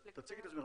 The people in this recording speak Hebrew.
תציגי את עצמך.